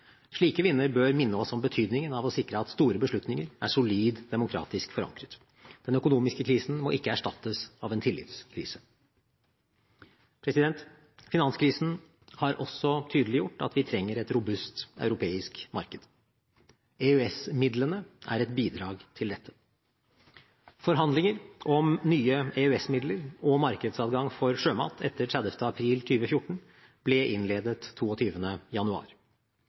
Slike vinder bør minne oss om betydningen av å sikre at store beslutninger er solid demokratisk forankret. Den økonomiske krisen må ikke erstattes av en tillitskrise. Finanskrisen har også tydeliggjort at vi trenger et robust europeisk marked. EØS-midlene er et bidrag til dette. Forhandlinger om nye EØS-midler og markedsadgang for sjømat etter 30. april 2014 ble innledet 22. januar.